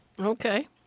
Okay